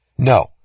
No